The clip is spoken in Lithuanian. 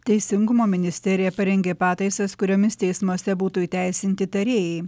teisingumo ministerija parengė pataisas kuriomis teismuose būtų įteisinti tarėjai